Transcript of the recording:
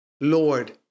Lord